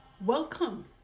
Welcome